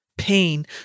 pain